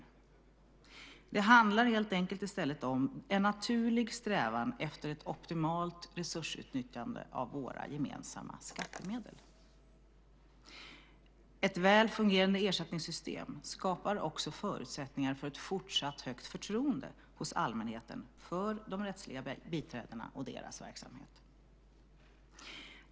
I stället handlar det helt enkelt om en naturlig strävan efter ett optimalt resursutnyttjande av våra gemensamma skattemedel. Ett väl fungerande ersättningssystem skapar också förutsättningar för ett fortsatt högt förtroende hos allmänheten för de rättsliga biträdena och deras verksamhet.